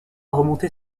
remonter